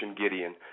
Gideon